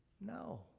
No